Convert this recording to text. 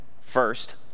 first